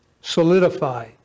solidify